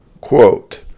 Quote